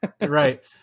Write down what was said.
right